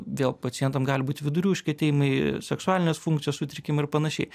vėl pacientam gali būt vidurių užkietėjimai seksualinės funkcijos sutrikimai ir panašiai